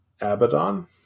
Abaddon